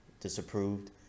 disapproved